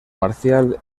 marcial